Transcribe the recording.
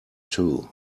two